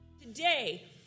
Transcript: Today